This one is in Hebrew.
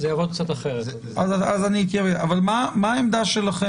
אבל מה העמדה שלכם,